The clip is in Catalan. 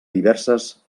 diverses